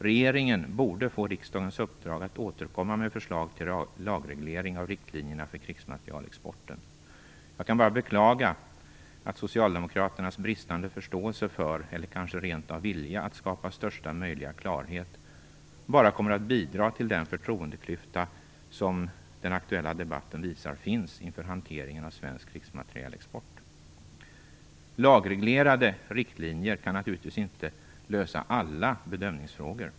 Regeringen borde få riksdagens uppdrag att återkomma med förslag till lagreglering av riktlinjerna för krigsmaterielexporten. Jag kan bara beklaga att Socialdemokraternas bristande förståelse för, eller kanske rent av vilja, att skapa största möjliga klarhet bara kommer att bidra till den förtroendeklyfta som den aktuella debatten visar på inför hanteringen av svensk krigsmaterielexport. Lagreglerade riktlinjer kan naturligtvis inte lösa alla bedömningsfrågor.